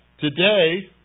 today